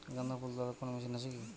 গাঁদাফুল তোলার কোন মেশিন কি আছে?